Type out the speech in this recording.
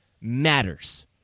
matters